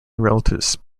relatives